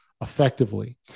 effectively